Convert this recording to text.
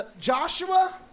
Joshua